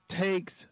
Takes